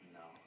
no